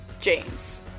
James